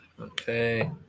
okay